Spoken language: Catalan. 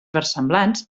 versemblants